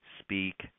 speak